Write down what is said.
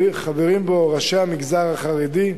חברים בו ראשי המגזר החרדי.